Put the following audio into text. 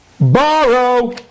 Borrow